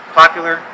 popular